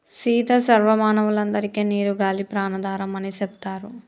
సీత సర్వ మానవులందరికే నీరు గాలి ప్రాణాధారం అని సెప్తారు